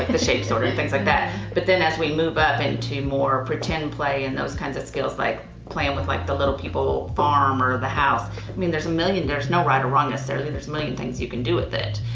the shapes sort of things like that, but then as we move up into more pretend play and those kinds of skills, like playing with, like, the little people farm or the house. i mean there's a million, there's no right or wrong, necessarily. there's a million things you can do with it.